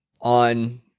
on